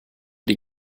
die